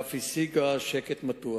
שאף השיגה שקט מתוח.